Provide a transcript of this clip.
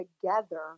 together